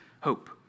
hope